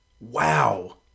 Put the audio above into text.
wow